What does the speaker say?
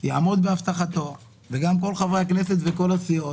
יעמוד בהבטחתו וגם כל חברי הכנסת וכל הסיעות,